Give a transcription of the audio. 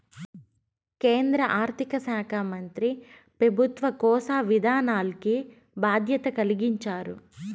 కేంద్ర ఆర్థిక శాకా మంత్రి పెబుత్వ కోశ విధానాల్కి బాధ్యత కలిగించారు